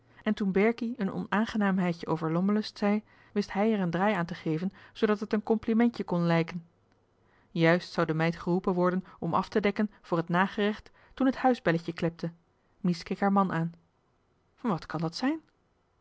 en toen berkie een onaangenaamheidje over lommerlust zei wist hij er een draai aan te geven zoodat het een complimentje kon lijken juist zou de meid geroepen worden om af te dekken voor het nagerecht toen het huisbelletje klepte mies keek haar man aan wat kan dat zijn